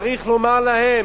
צריך לומר להם,